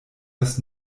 das